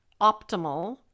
optimal